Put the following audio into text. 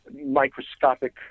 microscopic